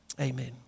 Amen